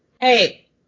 Hey